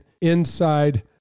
inside